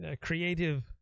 creative